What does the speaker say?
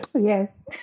Yes